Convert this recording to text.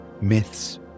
Myths